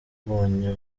abonye